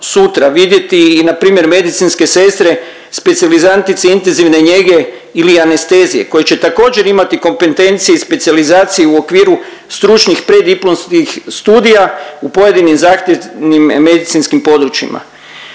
vidjeti i npr. medicinske sestre specijalizantice intenzivne njege ili anestezije koje će također, imati kompetencije i specijalizacije u okviru stručnih preddiplomskih studija u pojedinim zahtjevnim medicinskim područjima.